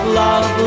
love